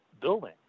building